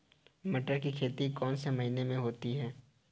मटर की खेती कौन से महीने में होती है?